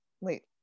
wait